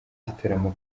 igitaramo